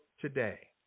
today